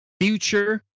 future